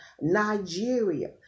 Nigeria